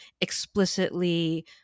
explicitly